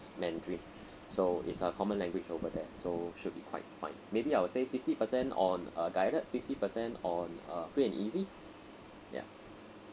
mandarin so is a common language over there so should be quite fine maybe I'll say fifty percent on uh guided fifty percent on uh free and easy ya